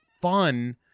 fun